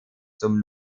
zum